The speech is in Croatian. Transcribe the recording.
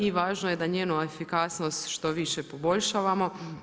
I važno je da njenu efikasnost što više poboljšavamo.